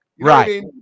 Right